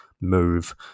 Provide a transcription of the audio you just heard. move